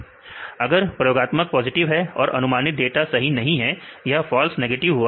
अगर प्रयोगात्मक पॉजिटिव है और अनुमानित नेगेटिव सही नहीं है यह फॉल्स नेगेटिव हुआ